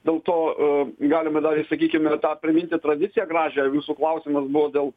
dėl to e galime dar ir sakykime tą priminti tradiciją gražią jūsų klausimas buvo dėl